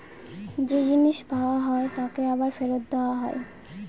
যে জিনিস পাওয়া হয় তাকে আবার ফেরত দেওয়া হয়